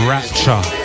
Rapture